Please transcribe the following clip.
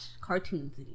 cartoons